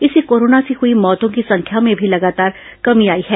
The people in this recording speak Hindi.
इससे कोरोना से हुई मौतों की संख्या में भी लगातार कमी आई है